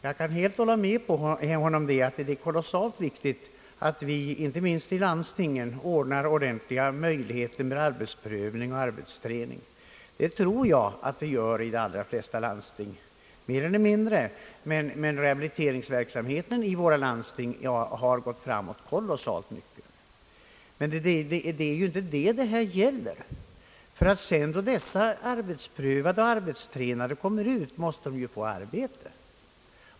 Jag kan helt hålla med herr Söderberg om att det är oerhört viktigt att vi inte minst i landstingen ordnar ordentliga möjligheter till arbetsprövning och arbetsträning. Det tror jag också att vi mer eller mindre gör i de allra flesta landsting. Rehabaliteringsverksamheten inom våra landsting har gått framåt i mycket stor utsträckning. Men det är inte det saken gäller. När dessa arbetsprövade och arbetstränade kommer ut, måste de få arbete.